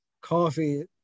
coffee